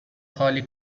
خالی